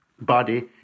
body